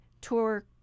tour